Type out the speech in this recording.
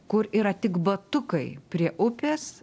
kur yra tik batukai prie upės